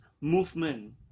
movement